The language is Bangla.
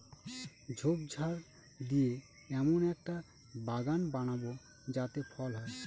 ঝোপঝাড় দিয়ে এমন একটা বাগান বানাবো যাতে ফল হয়